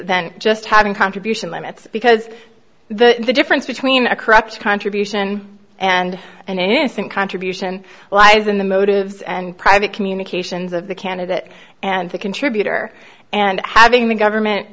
than just having contribution limits because the difference between a corrupt contribution and an innocent contribution lies in the motives and private communications of the candidate and the contributor and having the government